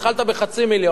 התחלת בחצי מיליון,